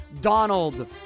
Donald